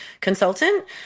consultant